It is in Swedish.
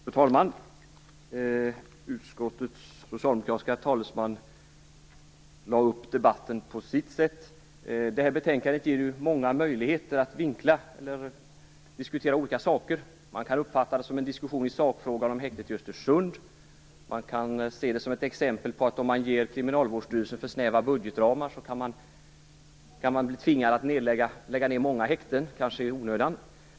Fru talman! Utskottets socialdemokratiska talesman lade upp debatten på sitt sätt. Betänkandet ger ju möjlighet att diskutera olika saker. Man kan uppfatta det som en diskussion i sakfrågan om häktet i Östersund eller se det som ett exempel på att man, om Kriminalvårdsstyrelsen ges för snäva budgetramar, kan tvingas lägga ned många häkten, kanske i onödan.